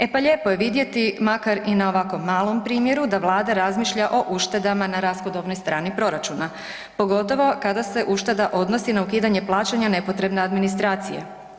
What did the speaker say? E pa lijepo je vidjeti makar i na ovako malom primjeru da Vlada razmišlja o uštedama na rashodovnoj strani proračuna, pogotovo kada se ušteda odnosi na ukidanje plaćanja nepotrebne administracije.